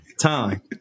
time